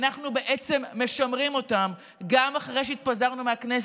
אנחנו בעצם משמרים אותן גם אחרי שהתפזרנו מהכנסת.